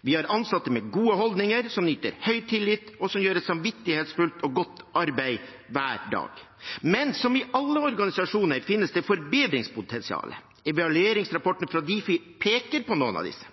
Vi har ansatte med gode holdninger som nyter høy tillit, og som gjør et samvittighetsfullt og godt arbeid hver dag. Men som i alle organisasjoner finnes det forbedringspotensial. Evalueringsrapporten fra Difi peker på noen av disse.